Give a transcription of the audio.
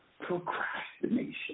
procrastination